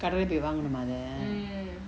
கடைல போய் வாங்கனுமா அத:kadaila poy vanganuma atha